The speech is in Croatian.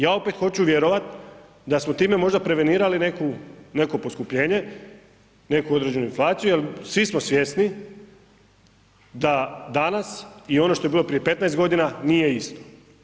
Ja opet hoću vjerovat da smo time možda prevenirali neko poskupljenje, neku određenu inflaciju jel svi smo svjesni da danas i ono što je bilo prije 15 godina nije isto.